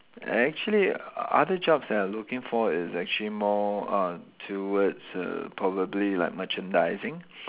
actually other jobs that I looking for is actually more uh towards err probably like merchandising